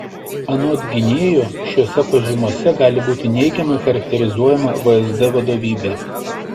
anot gynėjo šiose pažymose gali būti neigiamai charakterizuojama vsd vadovybė